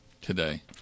today